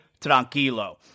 tranquilo